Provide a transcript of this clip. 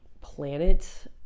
planet